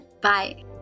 Bye